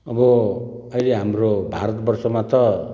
अब अहिले हाम्रो भारतबर्षमा त